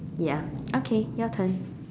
ya okay your turn